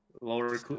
Lower